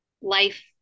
life